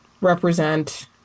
represent